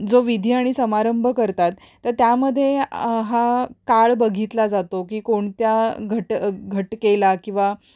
जो विधी आणि समारंभ करतात तर त्यामध्ये हा काळ बघितला जातो की कोणत्या घट घटकेला किंवा